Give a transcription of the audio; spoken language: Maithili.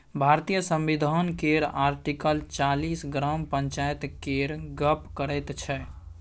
भारतीय संविधान केर आर्टिकल चालीस ग्राम पंचायत केर गप्प करैत छै